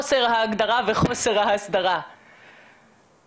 הופכת להיות לסוג של הרג כשאין כל כוונה להרוג אבל